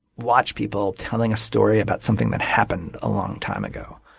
watch people telling a story about something that happened a long time ago.